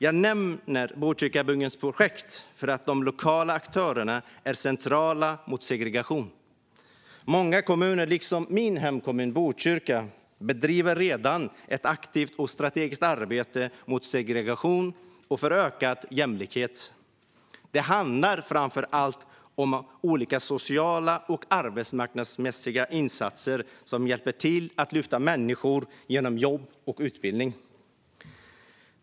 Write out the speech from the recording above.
Jag nämner Botkyrkabyggens projekt eftersom de lokala aktörerna är centrala i arbetet mot segregation. Många kommuner, liksom min hemkommun Botkyrka, bedriver redan ett aktivt och strategiskt arbete mot segregation och för ökad jämlikhet. Det handlar framför allt om olika sociala och arbetsmarknadsmässiga insatser som hjälper till att lyfta människor med hjälp av jobb och utbildning.